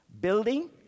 Building